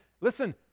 listen